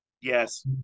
Yes